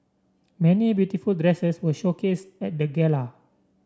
many beautiful dresses were showcased at the gala